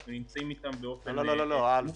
אנחנו נמצאים אתם באופן --- סליחה,